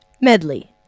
medley